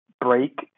break